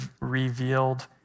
revealed